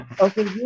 Okay